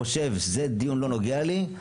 חושב שהדיון הזה לא נוגע לי,